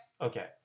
Okay